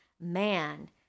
man